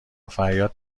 فریاد